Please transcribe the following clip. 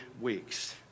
weeks